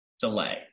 delay